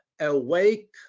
awake